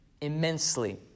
immensely